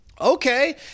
okay